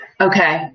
okay